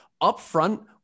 upfront